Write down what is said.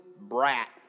brat